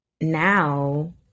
now